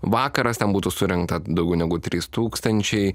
vakaras ten būtų surinkta daugiau negu trys tūkstančiai